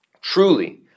Truly